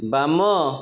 ବାମ